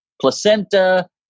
placenta